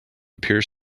appears